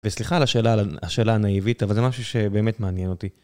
וסליחה על השאלה הנאיבית, אבל זה משהו שבאמת מעניין אותי.